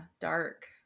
dark